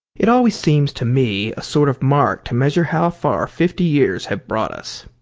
it always seems to me a sort of mark to measure how far fifty years have brought us.